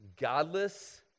godless